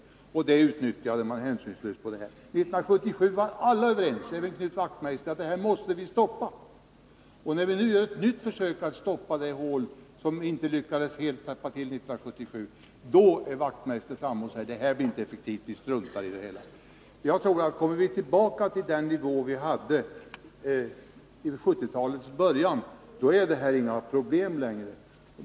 Detta utnyttjade man hänsynslöst. 1977 var alla överens — även Knut Wachtmeister — om att vi måste stoppa detta. När vi nu gör ett nytt försök att täppa till det hål som vi inte lyckades täppa till 1977 går Knut Wachtmeister fram och säger att ett sådant här förbud inte blir effektivt och att vi skall strunta i det hela. Jag tror att om alkoholkonsumtionen går tillbaka till den nivå den hade i början av 1970-talet så är det inga problem längre.